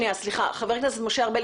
חבר הכנסת משה ארבל,